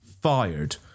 fired